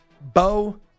Bo